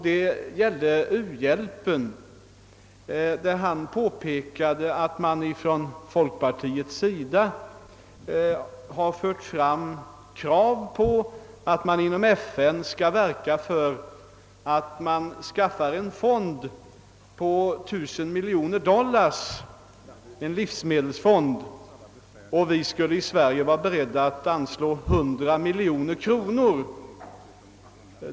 På tal om u-hjälpen påpekade herr Ohlin, att man från folkpartiets sida har fört fram krav på att Sverige inom FN skall verka för tillskapandet av en livsmedelsfond på 1000 miljoner dollar, till vilken vi skulle vara beredda att anslå 100 miljoner kronor.